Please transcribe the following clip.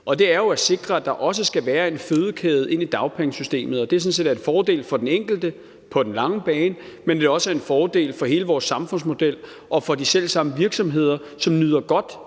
Den er jo at sikre, at der også skal være en fødekæde ind i dagpengesystemet, og det er sådan set en fordel for den enkelte på den lange bane, men det er også en fordel for hele vores samfundsmodel og for de selv samme virksomheder, som nyder godt